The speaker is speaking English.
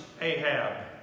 Ahab